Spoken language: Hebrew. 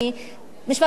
משפט אחרון.